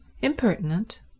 impertinent